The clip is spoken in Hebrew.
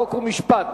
חוק ומשפט